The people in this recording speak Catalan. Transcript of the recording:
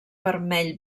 vermell